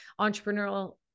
entrepreneurial